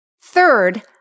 Third